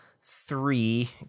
three